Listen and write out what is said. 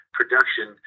production